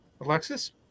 Alexis